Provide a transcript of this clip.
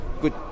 good